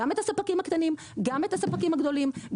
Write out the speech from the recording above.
גם את הספקים הקטנים וגם את הספקים הגדולים,